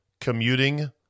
commuting